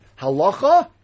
Halacha